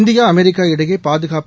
India America இடையே பாதுகாப்பு